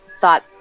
thought